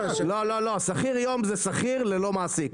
--- שכיר יום זה שכיר ללא מעסיק.